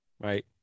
right